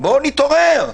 בואו נתעורר.